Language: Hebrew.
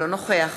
אינו נוכח